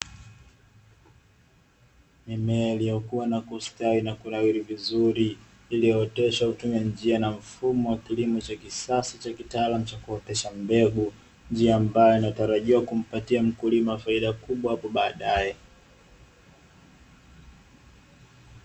Mimea iliyokua na kustawi na kunawiri vizuri liyooteshwa kwa kutumia njia na mfumo wa kilimo cha kisasa cha kitaalamu cha kuotesha mbegu njia ambayo inatarajiwa kumpatia mkulima faida kubwa hapo baadae.